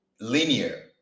linear